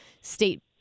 state